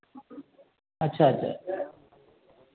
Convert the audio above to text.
अच्छा अच्छा